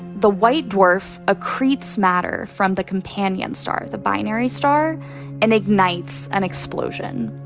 the white dwarf accretes matter from the companion star the binary star and ignites an explosion.